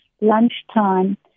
lunchtime